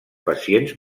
pacients